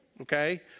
okay